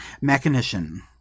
mechanician